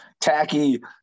tacky